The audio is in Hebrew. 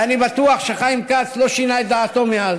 אני בטוח שחיים כץ לא שינה את דעתו מאז,